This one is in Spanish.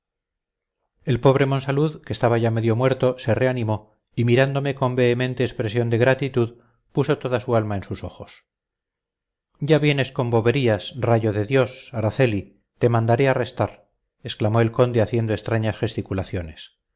el pobre monsalud que estaba ya medio muerto se reanimó y mirándome con vehemente expresión de gratitud puso toda su alma en sus ojos ya vienes con boberías rayo de dios araceli te mandaré arrestar exclamó el conde haciendo extrañas gesticulaciones